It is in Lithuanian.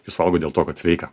jūs valgot dėl to kad sveika